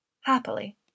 Happily